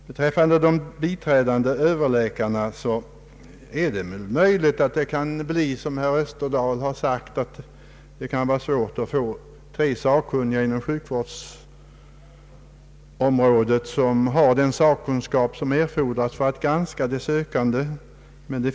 Beträffande de biträdande överläkarna är det möjligt att det, som herr Österdahl sagt, kan bli svårt att få tre personer inom sjukvårdsområdet som har den sakkunskap som erfordras för att granska de sökandes meriter.